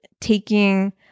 taking